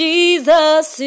Jesus